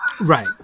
Right